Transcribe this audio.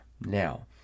Now